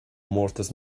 comórtas